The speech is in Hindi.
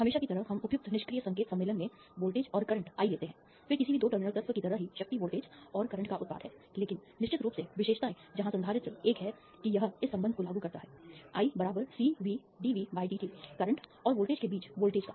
हमेशा की तरह हम उपयुक्त निष्क्रिय संकेत सम्मेलन में वोल्टेज और करंट I लेते हैं फिर किसी भी दो टर्मिनल तत्व की तरह ही शक्ति वोल्टेज और करंट का उत्पाद है लेकिन निश्चित रूप से विशेषताएँ जहाँ संधारित्र एक है कि यह इस संबंध को लागू करता है I CVdVdt करंट और वोल्टेज के बीच वोल्टेज का